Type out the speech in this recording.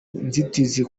inzitizi